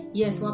yes